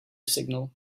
signal